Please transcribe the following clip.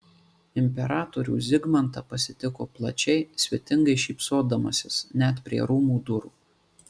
imperatorių zigmantą pasitiko plačiai svetingai šypsodamasis net prie rūmų durų